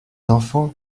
enfants